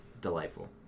delightful